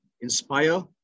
inspire